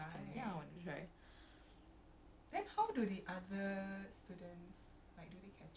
I think cause I'm not like a fan kan I just do it cause macam it looked interesting